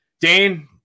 Dane